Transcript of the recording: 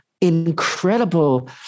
incredible